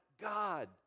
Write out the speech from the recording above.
God